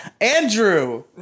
Andrew